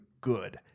good